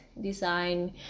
design